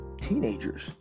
teenagers